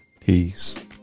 Peace